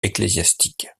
ecclésiastiques